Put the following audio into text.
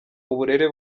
uburere